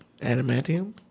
Adamantium